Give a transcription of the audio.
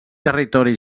territori